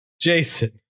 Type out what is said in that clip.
Jason